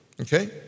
okay